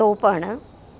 તો પણ